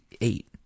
eight